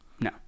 No